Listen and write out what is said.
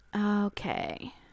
Okay